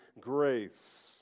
grace